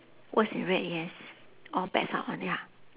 words in red yes all bets are on ya